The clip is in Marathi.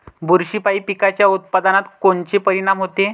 बुरशीपायी पिकाच्या उत्पादनात कोनचे परीनाम होते?